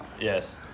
yes